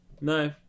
No